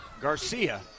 Garcia